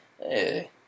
hey